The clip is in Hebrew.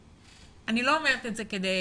אני לא אומרת את זה כדי